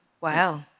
Wow